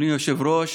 אדוני היושב-ראש,